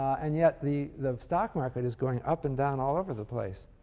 and yet the the stock market is going up and down all over the place.